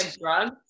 drugs